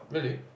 really